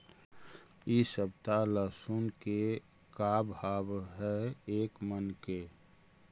इ सप्ताह लहसुन के का भाव है एक मन के?